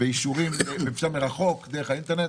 באישורים אפשר מרחוק דרך האינטרנט.